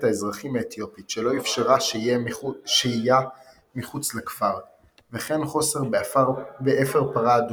האזרחים האתיופית שלא איפשר שהייה מחוץ לכפר וכן חוסר באפר פרה אדומה,